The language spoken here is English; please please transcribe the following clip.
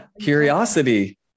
curiosity